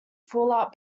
fallout